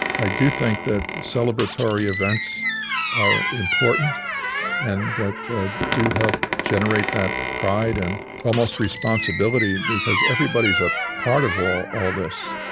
i do think that celebratory events are important and that ah do help generate that pride and almost responsibility because everybody's a part of all all this,